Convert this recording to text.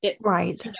Right